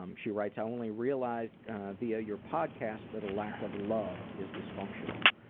um she writes i only realized via your podcasts that a lack of love is dysfunctional.